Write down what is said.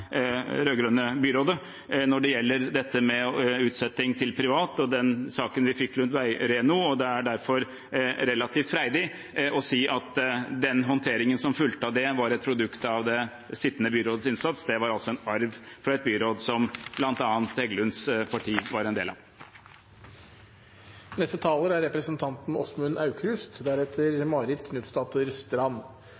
byrådet med utsetting til det private og saken vi fikk rundt Veireno. Det er derfor relativt freidig å si at håndteringen som fulgte av det, var et produkt av det sittende byrådets innsats. Det var altså en arv fra et byråd som bl.a. Heggelunds parti var en del av.